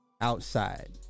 outside